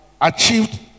achieved